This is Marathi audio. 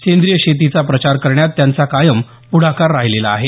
सेंद्रीय शेतीचा प्रचार करण्यात त्यांचा कायम प्रढाकार राहिला आहे